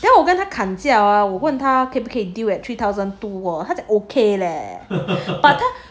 then 我跟他砍价啊我问他可不可以 due at three thousand two 他讲 okay leh but 他